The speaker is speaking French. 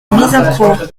messincourt